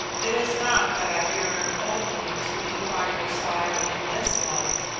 it is not that i yearn only to be by your side in this life,